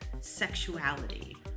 sexuality